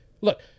Look